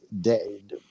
dead